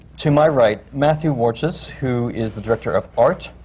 to my right, matthew warchus, who is the director of art,